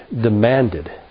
demanded